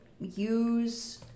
use